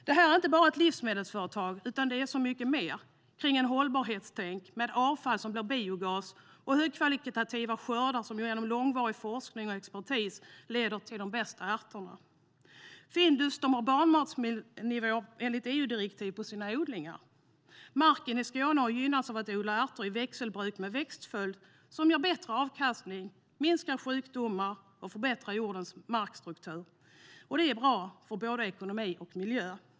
Det här är inte enbart ett livsmedelsföretag, utan det är så mycket mer kring ett hållbarhetstänk med avfall som blir biogas, och högkvalitativa skördar genom långvarig forskning och expertis leder till de bästa ärtorna. Findus har barnmatsnivå enligt EU-direktiv på sina odlingar. Marken i Skåne har gynnats av att man har odlat ärtor i växelbruk med en växtföljd som ger bättre avkastning, minskar sjukdomar och förbättrar jordens markstruktur, vilket är bra för både ekonomi och miljö.